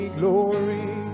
glory